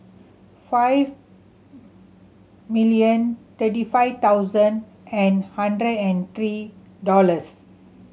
five million thirty five thousand and hundred and three dollars